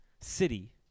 city